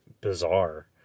bizarre